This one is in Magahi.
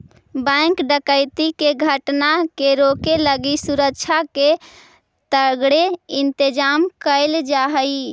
बैंक डकैती के घटना के रोके लगी सुरक्षा के तगड़े इंतजाम कैल जा हइ